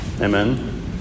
Amen